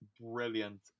brilliant